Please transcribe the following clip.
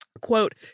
Quote